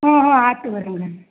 ಹ್ಞೂ ಹ್ಞೂ ಆತು ಬರ್ರಿ ಹಂಗಾರೆ